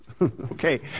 Okay